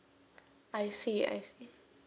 I see I see